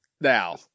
Now